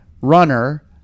runner